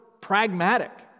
pragmatic